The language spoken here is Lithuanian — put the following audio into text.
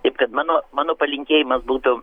taip kad mano mano palinkėjimas būtų